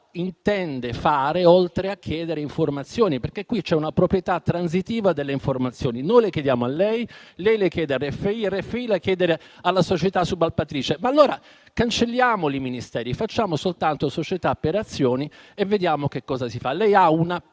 intende fare oltre a chiedere informazioni? Qui c'è una proprietà transitiva delle informazioni: noi le chiediamo a lei, lei le chiede a RFI e RFI le chiederà alla società subappaltatrice. Allora cancelliamoli i Ministeri, facciamo soltanto società per azioni e vediamo cosa si fa. Lei ha una